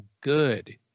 good